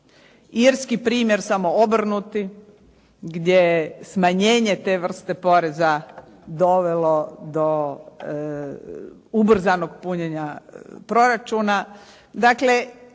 irski primjer samo obrnuti gdje smanjenje te vrste poreza dovelo do ubrzanog punjenja proračuna.